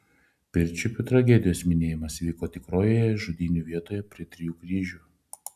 pirčiupių tragedijos minėjimas vyko tikrojoje žudynių vietoje prie trijų kryžių